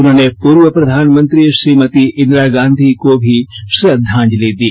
उन्होंने पूर्व प्रधानमंत्री श्रीमती इंदिरा गांधी को भी श्रद्वांजलि दी